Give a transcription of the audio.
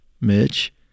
Mitch